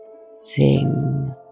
Sing